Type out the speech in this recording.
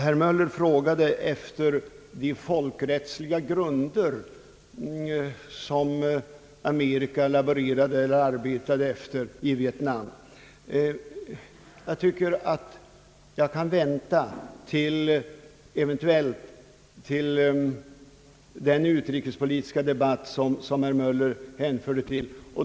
Herr Möller frågade efter vilka folk rättsliga grunder som Amerika handlade i Vietnam, Jag tycker att jag eventuellt kan vänta tills vi får den utrikespolitiska debatt som herr Möller nämnde.